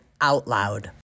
OUTLOUD